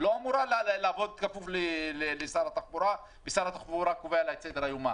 היא לא אמורה להיות כפופה לשר התחבורה ושר התחבורה קובע לה את סדר-יומה.